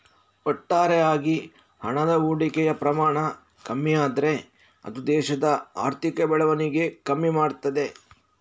ಒಟ್ಟಾರೆ ಆಗಿ ಹಣದ ಹೂಡಿಕೆಯ ಪ್ರಮಾಣ ಕಮ್ಮಿ ಆದ್ರೆ ಅದು ದೇಶದ ಆರ್ಥಿಕ ಬೆಳವಣಿಗೆ ಕಮ್ಮಿ ಮಾಡ್ತದೆ